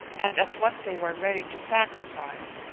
and at what they were ready to sacrifice,